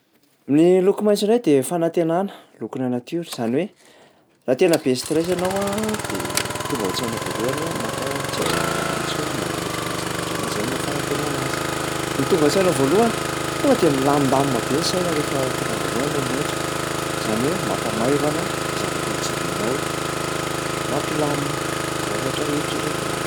Ny loko maitso indray de fanantenana, lokonà natiora zany hoe raha tena be stress ianao a de tonga ao an-tsainao voalohany hoe makà- mijery zavatra maitso, manalefaka ny zavatra anao, zay no maha-fanantenana azy. Ny tonga ao an-tsainao voalohany tonga de milamindamina be ny saina rehefa tonga voalohany ny maitso, zany hoe mampamaivana zay zavatra ho jerenao, mampilamina izay zavatra eritreretinao.